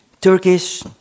Turkish